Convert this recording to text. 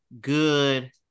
good